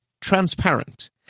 Transparent